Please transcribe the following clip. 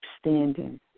standing